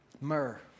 Myrrh